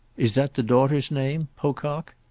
is that the daughter's name pocock?